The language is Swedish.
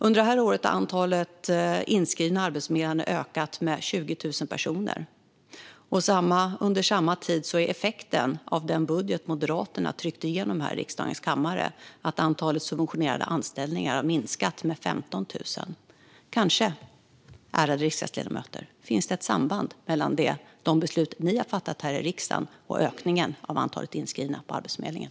Under det här året har antalet inskrivna på Arbetsförmedlingen ökat med 20 000 personer. Under samma tid är effekten av den budget Moderaterna tryckte igenom här i riksdagens kammare att antalet subventionerade anställningar har minskat med 15 000. Kanske, ärade riksdagsledamöter, finns det ett samband mellan de beslut ni har fattat här i riksdagen och ökningen av antalet inskrivna på Arbetsförmedlingen.